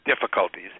difficulties